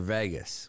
Vegas